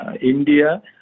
india